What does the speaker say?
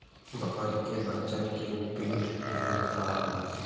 बकरी के बच्चन के पेट ढेर खराब होला